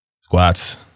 Squats